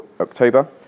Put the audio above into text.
October